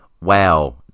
wow